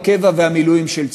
הקבע והמילואים של צה"ל.